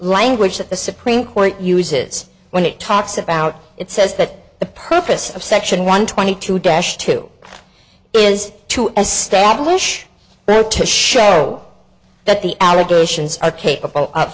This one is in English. language that the supreme court uses when it talks about it says that the purpose of section one twenty two dash two is to establish there to show that the allegations are capable of